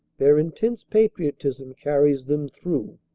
their intense patriotism carries them through.